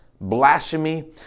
blasphemy